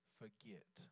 forget